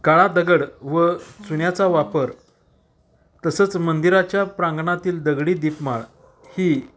काळा दगड व चुन्याचा वापर तसंच मंदिराच्या प्रांगणातील दगडी दीपमाळ ही